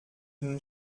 den